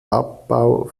abbau